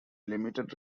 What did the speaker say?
limited